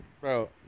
Bro